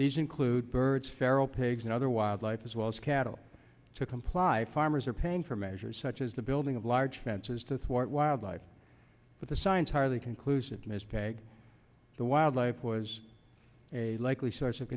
these include birds feral pigs and other wildlife as well as cattle to comply farmers are paying for measures such as the building of large fences to thwart wildlife but the science hardly conclusive the wildlife was a likely source of